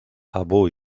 abu